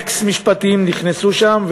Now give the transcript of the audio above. האקסטרה-משפטיים נכנסו שם,